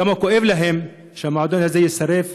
כמה כואב להם שהמועדון הזה נשרף,